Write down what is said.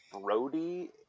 Brody